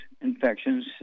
infections